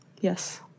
Yes